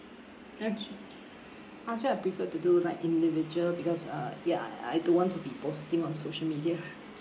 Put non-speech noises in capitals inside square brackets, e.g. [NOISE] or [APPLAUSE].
actu~ actually I prefer to do like individual because uh ya I don't want to be posting on social media [LAUGHS]